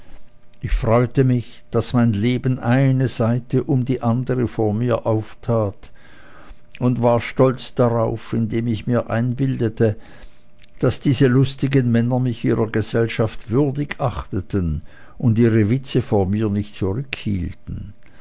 ich freute mich daß mein leben eine seite um die andere vor mir auftat und war stolz darauf indem ich mir einbildete daß diese lustigen männer mich ihrer gesellschaft würdig achteten und ihre witze vor mir nicht